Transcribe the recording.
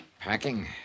Packing